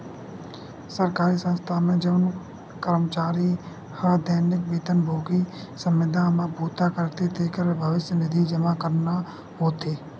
सरकारी संस्था म जउन करमचारी ह दैनिक बेतन भोगी, संविदा म बूता करथे तेखर भविस्य निधि जमा करना होथे